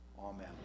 Amen